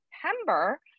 september